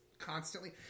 constantly